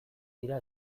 dira